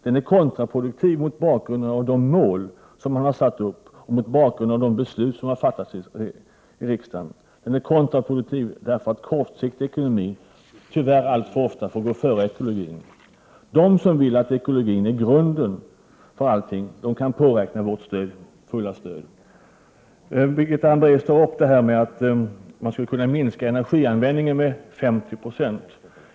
Den är kontraproduktiv mot bakgrund av de mål som man har satt upp och mot bakgrund av de beslut som har fattats i riksdagen. Den är kontraproduktiv därför att kortsiktig ekonomi tyvärr alltför ofta får gå före ekologin. De som vill att ekologin skall vara grunden för allting kan påräkna vårt fulla stöd. Birgitta Hambraeus tar upp synpunkten att man skulle kunna minska energianvändningen med 50 96.